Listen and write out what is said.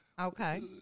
Okay